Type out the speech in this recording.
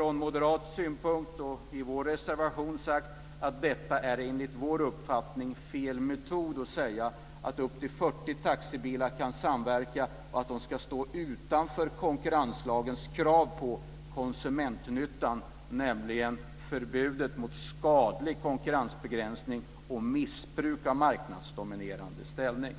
Vi moderater har i vår reservation sagt att det enligt vår uppfattning är fel metod att säga att upp till 40 taxibilar kan samverka och att de ska stå utanför konkurrenslagens krav på konsumentnytta, nämligen förbudet mot skadlig konkurrensbegränsning och missbruk av marknadsdominerande ställning.